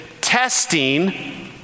testing